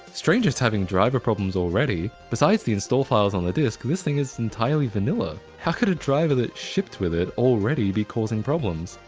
strange it's having driver problems already. besides the install files on the disk, this thing is entirely vanilla. how could a driver that shipped with it already be causing problems?